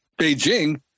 Beijing